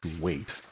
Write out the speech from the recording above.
wait